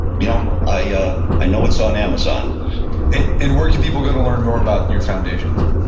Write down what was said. you know i yeah i know it's on amazon and and where can people go to learn more about your foundations?